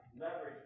leverage